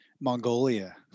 Mongolia